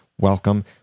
welcome